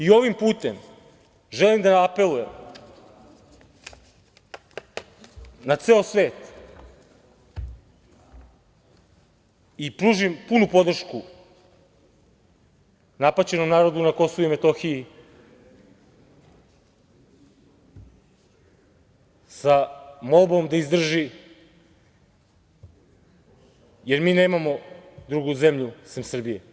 Ovim putem želim da apelujem na ceo svet i pružim punu podršku napaćenom narodu na KiM sa molbom da izdrži jer mi nemamo drugu zemlju sem Srbije.